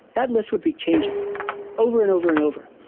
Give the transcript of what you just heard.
that list would be changing over and over and over.